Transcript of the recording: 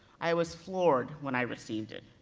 i was floored when i received it.